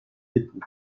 époux